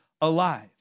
alive